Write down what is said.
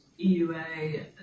EUA